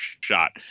shot